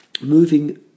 moving